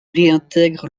réintègre